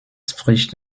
spricht